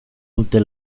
dute